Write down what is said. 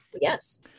Yes